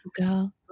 Girl